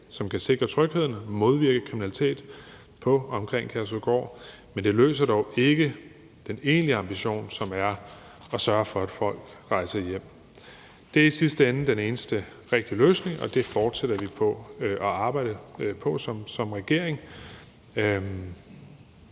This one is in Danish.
som kan sikre trygheden og modvirke kriminalitet på og omkring Kærshovedgård, men det løser dog ikke det at opnå den egentlige ambition, som er at sørge for, at folk rejser hjem. Det er i sidste ende den eneste rigtige løsning, og det fortsætter vi med at arbejde på som regering.